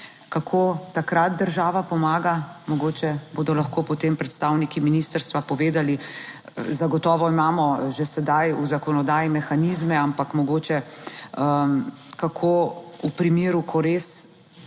Kako takrat država pomaga, mogoče bodo lahko potem predstavniki ministrstva povedali. Zagotovo imamo že sedaj v zakonodaji mehanizme, ampak mogoče kako v primeru, **24.